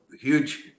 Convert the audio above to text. huge